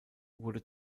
wurde